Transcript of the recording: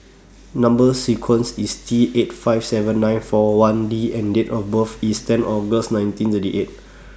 Number sequence IS T eight five seven nine four one D and Date of birth IS ten August nineteen thirty eight